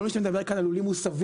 כל מה שאתה מדבר כאן על לולים מוסבים